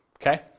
Okay